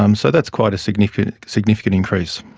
um so that's quite a significant significant increase.